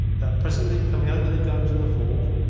that presently, coming under the guns of the fort,